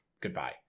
goodbye